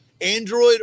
Android